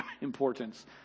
importance